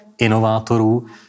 inovátorů